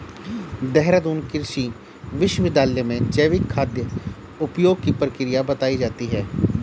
देहरादून कृषि विश्वविद्यालय में जैविक खाद उपयोग की प्रक्रिया बताई जाती है